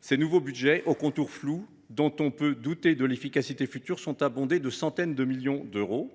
Ces nouveaux budgets aux contours flous, dont on peut douter de l’efficacité future, sont abondés de centaines de millions d’euros,